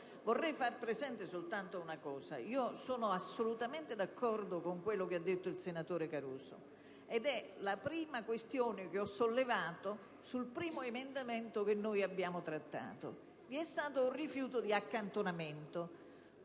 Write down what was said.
Vorrei far presente soltanto un aspetto. Sono assolutamente d'accordo con quanto ha detto il senatore Caruso. Si tratta della prima questione che ho sollevato sul primo emendamento che abbiamo trattato. Vi è stato, però, un rifiuto di accantonamento.